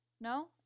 No